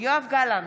יואב גלנט,